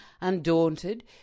Undaunted